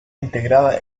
integrada